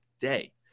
day